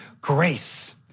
grace